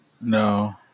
no